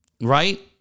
right